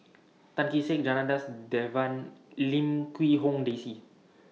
Tan Kee Sek Janadas Devan Lim Quee Hong Daisy